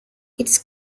its